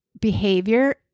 behavior